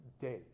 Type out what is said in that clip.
day